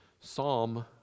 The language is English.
psalm